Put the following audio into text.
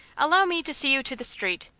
allow me to see you to the street,